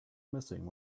missing